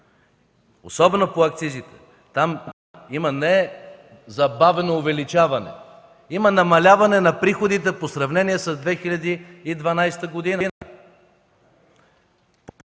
особено по акцизите, там има не забавено увеличаване, има намаляване на приходите по сравнение в 2012 г.